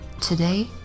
Today